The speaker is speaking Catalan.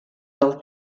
del